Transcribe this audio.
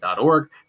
org